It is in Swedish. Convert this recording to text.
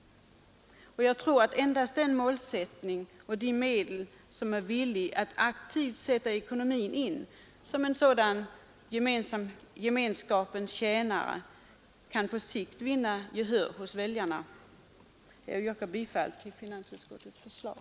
Endast den målsättning och de medel som kan bidra till att göra ekonomin till en sådan gemenskapens tjänare kan på sikt vinna gehör hos väljarna. Jag yrkar bifall till finansutskottets förslag.